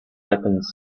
weapons